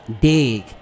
dig